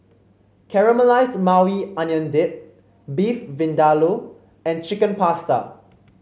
Caramelized Maui Onion Dip Beef Vindaloo and Chicken Pasta